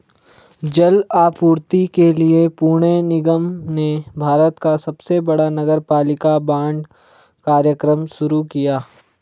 जल आपूर्ति के लिए पुणे निगम ने भारत का सबसे बड़ा नगरपालिका बांड कार्यक्रम शुरू किया